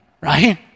Right